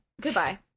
goodbye